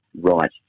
right